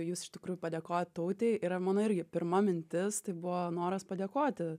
jūs iš tikrųjų padėkojot tautei yra mano irgi pirma mintis tai buvo noras padėkoti